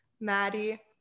Maddie